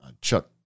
Chuck